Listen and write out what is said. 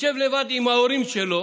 יושב לבד עם ההורים שלו